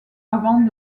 avant